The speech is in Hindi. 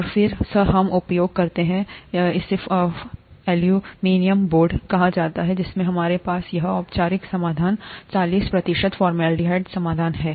और फिर हम उपयोग करते हैं जिसे एल्यूमीनियम बोर्ड कहा जाता है जिसमें हमारे पास यह औपचारिक समाधान चालीस प्रतिशत फॉर्मलाडेहाइड समाधान है